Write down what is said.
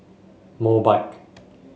Mobike